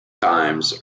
times